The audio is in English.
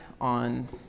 on